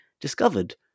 discovered